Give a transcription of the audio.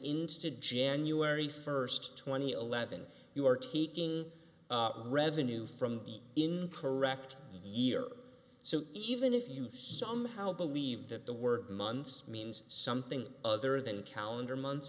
into january first twenty eleven you are taking revenue from the incorrect year so even if you somehow believe that the word months means something other than calendar month